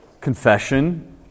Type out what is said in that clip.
confession